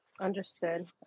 Understood